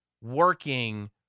working